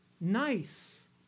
nice